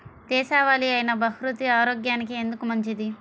దేశవాలి అయినా బహ్రూతి ఆరోగ్యానికి ఎందుకు మంచిది?